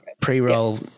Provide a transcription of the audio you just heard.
pre-roll